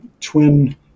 twin